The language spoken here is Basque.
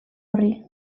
horri